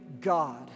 God